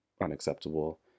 unacceptable